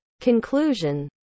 Conclusion